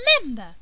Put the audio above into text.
Remember